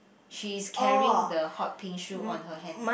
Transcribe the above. she's carrying the hot pink shoe on her hand